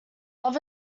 love